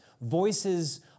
Voices